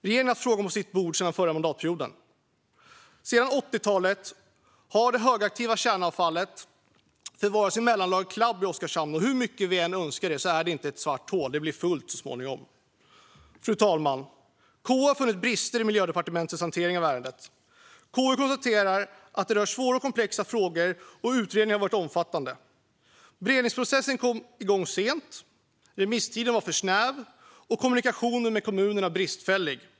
Regeringen har haft frågan på sitt bord sedan förra mandatperioden. Sedan 80-talet har det högaktiva kärnavfallet förvarats i mellanlagret Clab i Oskarshamn, och hur mycket vi än önskar det är detta inte ett svart hål - utan blir fullt så småningom. Fru talman! KU har funnit brister i Miljödepartementets hantering av ärendet. KU konstaterar att detta rör svåra och komplexa frågor, och utredningen har varit omfattande. Beredningsprocessen kom igång sent, remisstiden var för snäv och kommunikationen med kommunerna bristfällig.